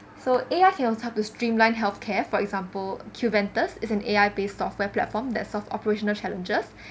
so A_I can also help to streamline health care for example qventus is an A_I based software platform that solve operational challenges